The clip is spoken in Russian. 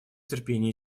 терпение